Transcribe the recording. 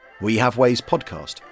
wehavewayspodcast